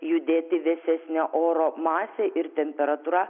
judėti vėsesnio oro masė ir temperatūra